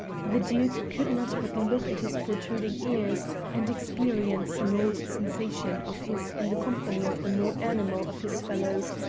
the duke could not but look at his protruding ears and experience an old sensation of his in the company of the more animal of his fellows,